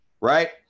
right